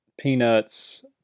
Peanuts